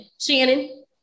Shannon